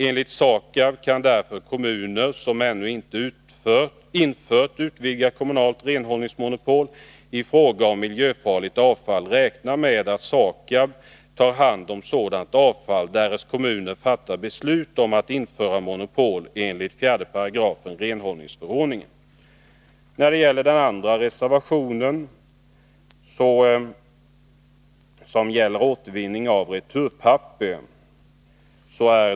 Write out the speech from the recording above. Enligt SAKAB kan därför kommuner som ännu inte infört utvidgat kommunalt renhållningsmonopol i fråga om miljöfarligt avfall räkna med att SAKAB tar hand om sådant avfall, därest kommunen fattar beslut om att införa monopol enligt 4 § renhållningsförordningen. Den andra reservationen gäller återvinning av returpapper.